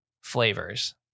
flavors